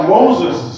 Moses